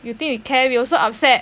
you think we care we also upset